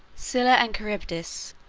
scylla and charybdis